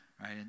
right